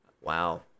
Wow